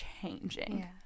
changing